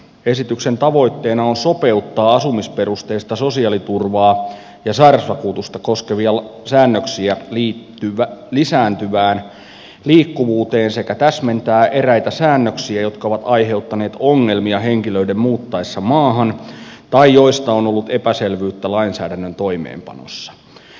esityksen tavoitteena on sopeuttaa asumisperusteista sosiaaliturvaa ja sairausvakuutusta koskevia säännöksiä lisääntyvään liikkuvuuteen sekä täsmentää eräitä säännöksiä jotka ovat aiheuttaneet ongelmia henkilöiden muuttaessa maahan tai joista on ollut epäselvyyttä lainsäädännön toimeenpanossa